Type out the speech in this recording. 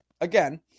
again